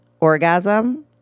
orgasm